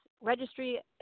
registry